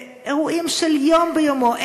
אירועים של יום ביומו.